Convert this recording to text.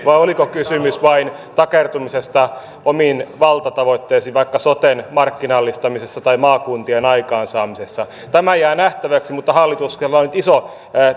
oliko kysymys vain takertumisesta omiin valtatavoitteisiin vaikka soten markkinallistamisessa tai maakuntien aikaansaamisessa tämä jää nähtäväksi mutta hallituksella on nyt iso